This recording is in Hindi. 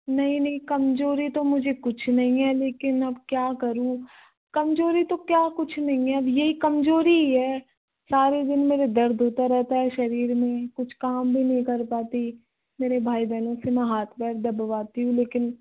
नहीं नहीं कमज़ोरी तो मुझे कुछ नहीं है लेकिन अब क्या करूँ कमज़ोरी तो क्या कुछ नहीं है अब यही कमज़ोरी ही है सारे दिन मेरे दर्द होता रहता है शरीर में कुछ काम भी नहीं कर पाती मेरे भाई बहनों से मैं हाथ पैर दबवाती हूँ लेकिन